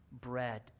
Bread